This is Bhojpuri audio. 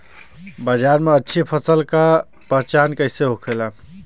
बाजार में अच्छी फसल का पहचान कैसे होखेला?